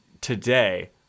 today